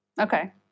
Okay